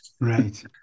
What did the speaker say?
Right